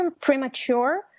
premature